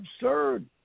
absurd